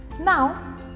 Now